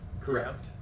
Correct